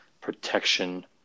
protection